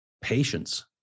patience